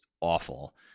awful